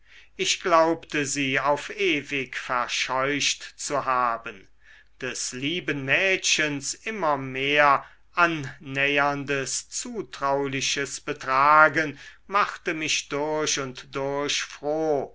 ich glaubte sie auf ewig verscheucht zu haben des lieben mädchens immer mehr annäherndes zutrauliches betragen machte mich durch und durch froh